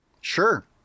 Sure